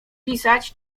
pisać